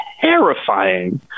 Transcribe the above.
terrifying